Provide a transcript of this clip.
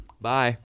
Bye